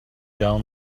down